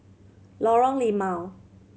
Lorong Limau